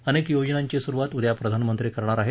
अनेक योजनांची सुरुवात उद्या प्रधानमंत्री करणार आहेत